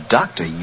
Doctor